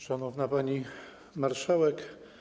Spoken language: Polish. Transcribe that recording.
Szanowna Pani Marszałek!